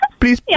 please